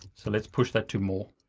so let's push that to more.